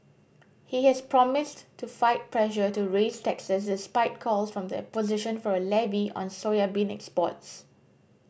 he has promised to fight pressure to raise taxes despite calls from the opposition for a levy on soybean exports